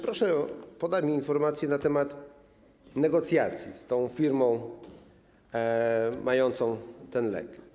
Proszę o podanie informacji na temat negocjacji z firmą mającą ten lek.